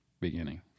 beginning